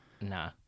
nah